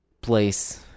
place